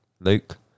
Luke